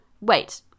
wait